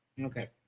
Okay